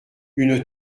une